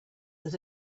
that